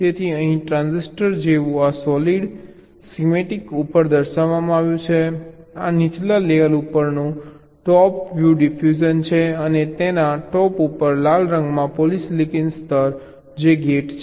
તેથી અહીં ટ્રાન્ઝિસ્ટર જેવું આ સોલિડ જેવા સ્કીમેટિક ઉપર દર્શાવવામાં આવ્યું છે આ નીચલા લેયર ઉપરનું ટોપ વ્યુ ડિફ્યુઝન છે અને તેના ટોપ ઉપર લાલ રંગમાં પોલિસિલિકન સ્તર જે ગેટ છે